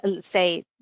say